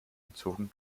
entzogen